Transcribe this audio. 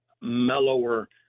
mellower